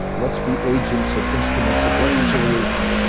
let's be agents and instruments of reconciliation,